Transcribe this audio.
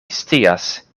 scias